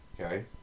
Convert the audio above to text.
Okay